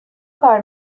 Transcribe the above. کار